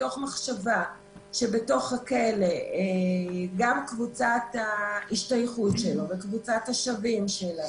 מתוך מחשבה שבתוך הכלא גם קבוצת ההשתייכות שלו וקבוצת השווים של הנער,